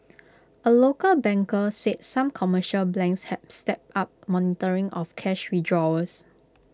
A local banker said some commercial banks have stepped up monitoring of cash withdrawals